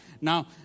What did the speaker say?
now